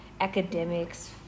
academics